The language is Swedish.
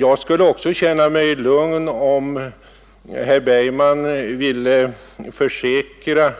Jag skulle också känna mig lugn, om herr Bergman ville lova